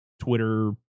twitter